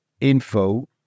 info